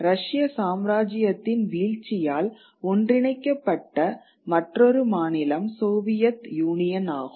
ரஷ்ய சாம்ராஜ்யத்தின் வீழ்ச்சியால் ஒன்றிணைக்கப்பட்ட மற்றொரு மாநிலம் சோவியத் யூனியன் ஆகும்